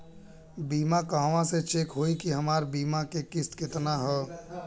बीमा कहवा से चेक होयी की हमार बीमा के किस्त केतना ह?